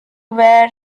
where